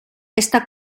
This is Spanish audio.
esta